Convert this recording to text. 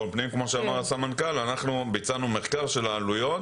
הפנים ואנחנו ביצענו מחקר של העלויות,